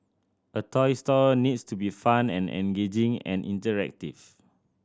a toy store needs to be fun and engaging and interactive